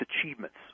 achievements